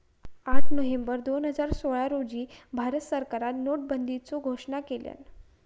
आठ नोव्हेंबर दोन हजार सोळा रोजी भारत सरकारान नोटाबंदीचो घोषणा केल्यान